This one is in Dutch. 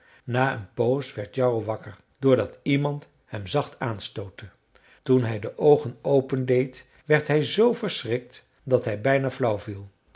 na een poos werd jarro wakker door dat iemand hem zacht aanstootte toen hij de oogen opendeed werd hij z verschrikt dat hij bijna flauw viel